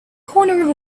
corner